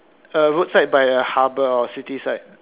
a roadside by a harbour or city side